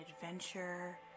adventure